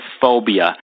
phobia